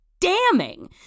Damning